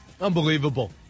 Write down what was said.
unbelievable